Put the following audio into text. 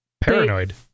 Paranoid